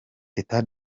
teta